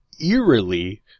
eerily